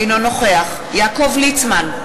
אינו נוכח יעקב ליצמן,